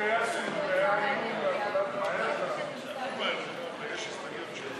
כהצעת הוועדה ועם ההסתייגות שנתקבלה,